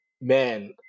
man